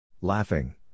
Laughing